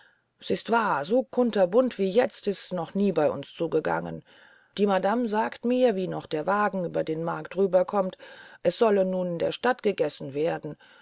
s ist wahr so kunterbunt wie jetzt ist's noch nie bei uns zugegangen die madame sagt mir wie noch der wagen über den markt rüber kommt es solle nun in der stadt gegessen werden